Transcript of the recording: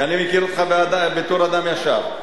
כי אני מכיר אותך בתור אדם ישר.